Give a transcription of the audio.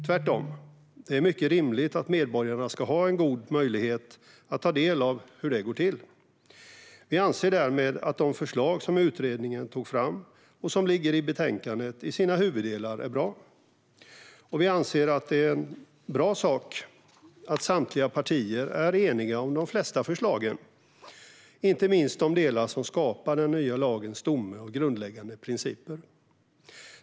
Tvärtom, det är mycket rimligt att medborgarna ska ha en god möjlighet att ta del av hur det går till. Vi anser därmed att de förslag som utredningen tog fram och som ingår i betänkandet i sina huvuddelar är bra. Och vi anser att det är en bra sak att samtliga partier är eniga om de flesta förslagen, inte minst om de delar som skapar den nya lagens stomme och grundläggande principer.